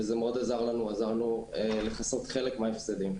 וזה מאוד עזר לנו לכסות חלק מההפסדים.